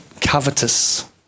covetous